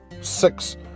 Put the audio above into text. six